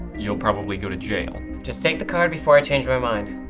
you'll probably go to jail. just take the card before i change my mind!